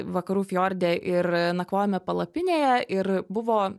vakarų fjorde ir nakvojome palapinėje ir buvo